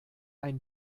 ein